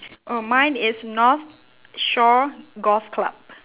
oh mine is north shore golf club